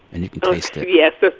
and you can taste it yes. ah